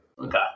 Okay